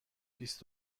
بیست